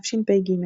תשפ"ג.